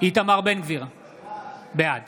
איתמר בן גביר, בעד